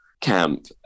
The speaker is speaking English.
camp